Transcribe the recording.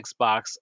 Xbox